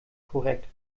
korrekt